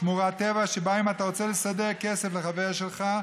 שמורת טבע שבה אם אתה רוצה לסדר כסף לחבר שלך,